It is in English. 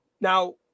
Now